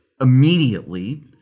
immediately